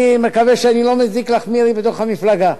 אני מקווה שאני לא מזיק לך, מירי, בתוך המפלגה.